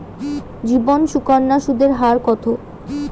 জীবন সুকন্যা সুদের হার কত?